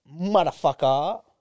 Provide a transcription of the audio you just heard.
motherfucker